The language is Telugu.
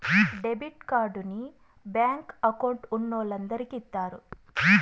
డెబిట్ కార్డుని బ్యాంకు అకౌంట్ ఉన్నోలందరికి ఇత్తారు